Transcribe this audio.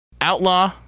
Outlaw